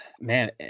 man